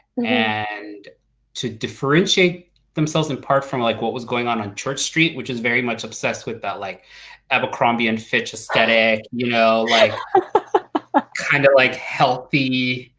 and to differentiate themselves in part from like what was going on, on church street, which is very much obsessed with but like abercrombui and fitch aesthetic, and you know like ah kind of like healthy,